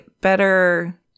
better